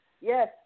yes